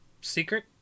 secret